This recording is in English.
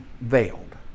veiled